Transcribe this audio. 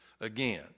again